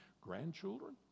grandchildren